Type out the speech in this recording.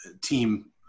team